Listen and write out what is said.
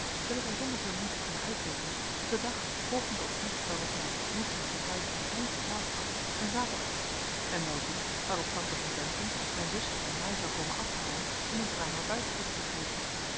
zullen zij zonder veel moeite kunnen uitrekenen dat de dag volgende op dien waarop mijn ontmoeting ten huize van heynsz plaats had een zaterdag was en wel die waarop tante van bempden mijn zuster en mij zou komen afhalen om ons naar haar buitengoed te begeven